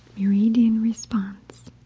meridian response.